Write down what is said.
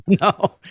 no